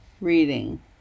reading